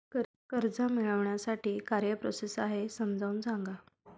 कर्ज मिळविण्यासाठी काय प्रोसेस आहे समजावून सांगा